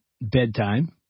bedtime